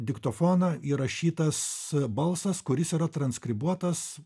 diktofoną įrašytas balsas kuris yra transkribuotas